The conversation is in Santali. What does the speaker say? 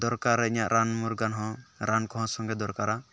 ᱫᱚᱨᱠᱟᱨᱟ ᱤᱧᱟᱹᱜ ᱨᱟᱱ ᱢᱩᱨᱜᱟᱹᱱ ᱦᱚᱸ ᱨᱟᱱ ᱠᱚᱦᱚᱸ ᱥᱚᱸᱜᱮ ᱫᱚᱨᱠᱟᱨᱟ